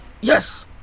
Yes